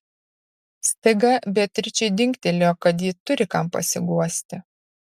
staiga beatričei dingtelėjo kad ji turi kam pasiguosti